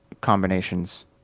combinations